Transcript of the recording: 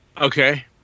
Okay